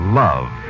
love